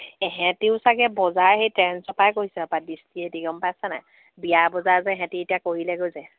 এহেঁতিও চাগে বজাৰ সেই ট্ৰেন্সৰ পৰাই কৰিছে গম পাইছে নাই বিয়াৰ বজাৰ যে সিহঁতি এতিয়া কৰিলেগৈ যে